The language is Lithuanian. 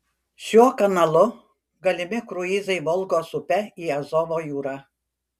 šiuo kanalu galimi kruizai volgos upe į azovo jūrą